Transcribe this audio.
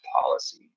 policy